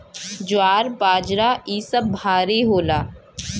ज्वार बाजरा इ सब भारी होला